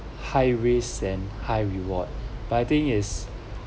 high risk and high reward but I think it's